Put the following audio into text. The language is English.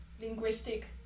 linguistic